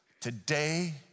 Today